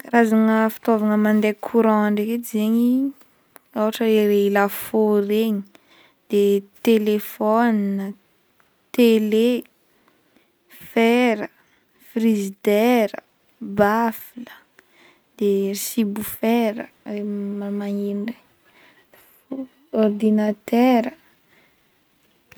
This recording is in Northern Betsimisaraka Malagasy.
Karazagna fitaovagna mandeha courant ndraiky edy zegny ohatra hoe lafaoro regny de telefona, tele, fera, frigidaira, bafla, de sub woofera magneno regny, ordinatera.